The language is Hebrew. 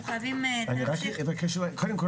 קודם כל,